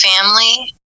family